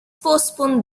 postpone